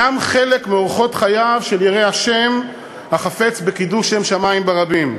חלק מאורחות חייו של ירא השם החפץ בקידוש שם שמים ברבים.